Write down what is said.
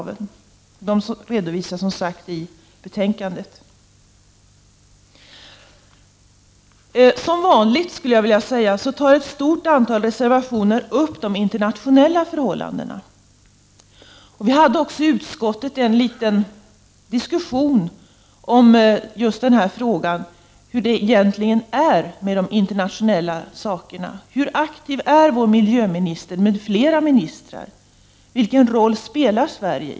Detta redovisas som sagt i betänkandet. Som vanligt, skulle jag vilja säga, tas i ett stort antal reservationer de internationella förhållandens upp. I utskottet hade vi också en liten diskussion om hur det egentligen förhåller sig med de internationella frågorna. Hur aktiv är vår miljöminister m.fl. ministrar, och vilken roll spelar Sverige?